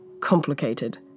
complicated